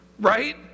right